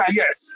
yes